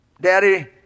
Daddy